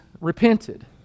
repented